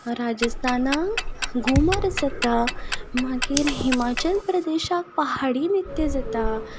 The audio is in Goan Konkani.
राजस्थानाक घुमर जाता मागीर हिमाचल प्रदेशाक पहाडी नृत्य जाता